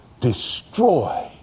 destroy